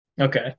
Okay